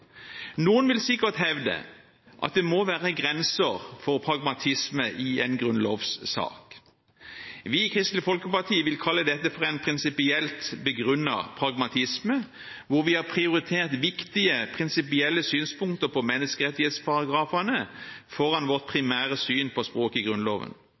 Noen vil sikkert hevde at det må være grenser for pragmatisme i en grunnlovssak. Vi i Kristelig Folkeparti vil kalle dette for en prinsipielt begrunnet pragmatisme, hvor vi har prioritert viktige, prinsipielle synspunkter på menneskerettighetsparagrafene foran vårt primære syn på språket i Grunnloven.